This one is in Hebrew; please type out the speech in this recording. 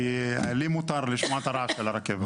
כי לי מותר לשמוע את הרעש של הרכבת.